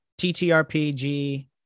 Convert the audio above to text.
TTRPG